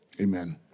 Amen